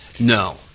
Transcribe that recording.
No